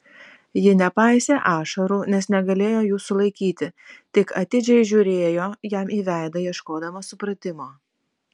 ji nepaisė ašarų nes negalėjo jų sulaikyti tik atidžiai žiūrėjo jam į veidą ieškodama supratimo